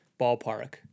ballpark